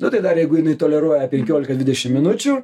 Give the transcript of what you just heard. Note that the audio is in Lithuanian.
nu tai dar jeigu jinai toleruoja penkiolika dvidešimt minučių